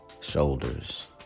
shoulders